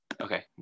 okay